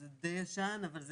זה ישן אבל זה